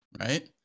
right